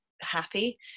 happy